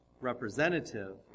representative